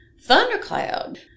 thundercloud